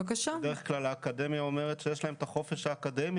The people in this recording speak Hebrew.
בדרך כלל האקדמיה אומרת שיש לה את החופש האקדמי.